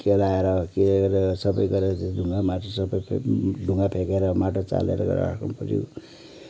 केलाएर के गरेर सबै गरेर चै ढुङ्गा माटो सबै फेक् ढुङ्गा फेकेर माटो चालेर सबै गरेर राख्नु पऱ्यो